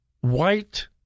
White